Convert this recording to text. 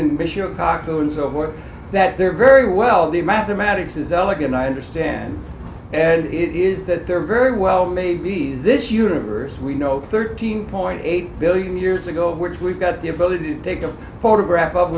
work that there very well the mathematics is elegant i understand it is that they're very well maybe this universe we know thirteen point eight billion years ago which we've got the ability to take a photograph o